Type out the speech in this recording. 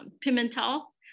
Pimentel